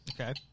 Okay